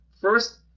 first